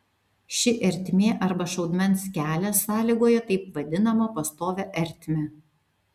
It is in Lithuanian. ši ertmė arba šaudmens kelias sąlygoja taip vadinamą pastovią ertmę